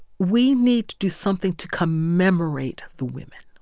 we need to do something to commemorate the women,